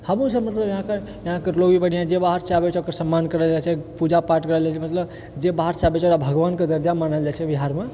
हमहूँ सब मतलब यहाँकेँ यहाँकेँ लोग भी जे बाहरसँ आबैत छै ओकर सम्मान करल जाइत छै पूजापाठ करल जाइत छै मतलब जे बाहरसँ आबैत छै ओकरा भगवानकेँ दर्जा मानल जाइत छै बिहारमे